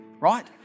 Right